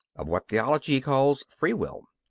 of what theology calls free-will.